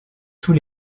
tous